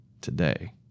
today